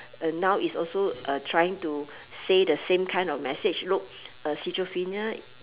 uh now is also uh trying to say the same kind of message look uh schizophrenia